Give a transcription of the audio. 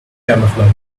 camouflage